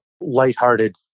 lighthearted